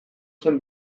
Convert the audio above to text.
zen